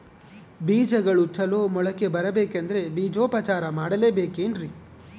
ಬೇಜಗಳು ಚಲೋ ಮೊಳಕೆ ಬರಬೇಕಂದ್ರೆ ಬೇಜೋಪಚಾರ ಮಾಡಲೆಬೇಕೆನ್ರಿ?